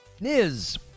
Niz